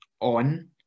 on